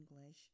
English